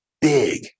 big